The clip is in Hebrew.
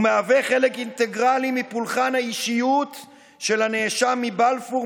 הוא מהווה חלק אינטגרלי מפולחן האישיות של הנאשם מבלפור,